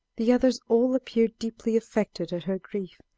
the others all appeared deeply affected at her grief,